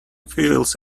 feels